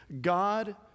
God